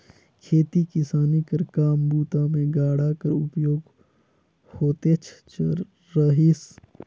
खेती किसानी कर काम बूता मे गाड़ा कर उपयोग होतेच रहिस